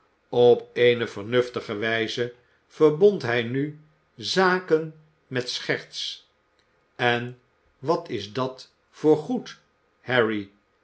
op eene vernuftige wijze verbond hij nu zaken met scherts en wat is dat voor goed harry